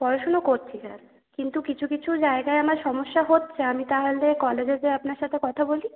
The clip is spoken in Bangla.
পড়াশোনা করছি স্যার কিন্তু কিছু কিছু জায়গায় আমার সমস্যা হচ্ছে আমি তা হলে কলেজে যেয়ে আপনার সাথে কথা বলি